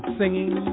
singing